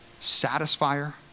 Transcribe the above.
satisfier